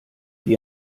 die